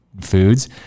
foods